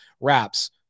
wraps